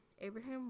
Abraham